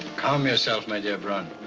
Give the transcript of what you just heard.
calm yourself, my dear braun.